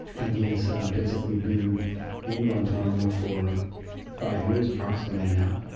and he's basically been in guantanamo for five years approximately now.